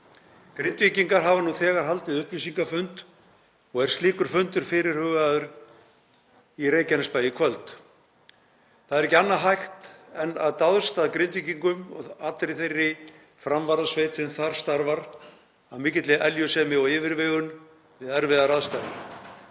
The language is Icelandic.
Grindvíkingar hafa nú þegar haldið upplýsingafund og er slíkur fundur fyrirhugaður í Reykjanesbæ í kvöld. Það er ekki annað hægt en að dást að Grindvíkingum og allri þeirri framvarðasveit sem þar starfar af mikilli eljusemi og yfirvegun við erfiðar aðstæður.